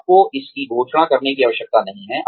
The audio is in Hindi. आपको इसकी घोषणा करने की आवश्यकता नहीं है